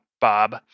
Bob